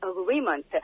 Agreement